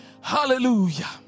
hallelujah